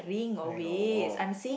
I know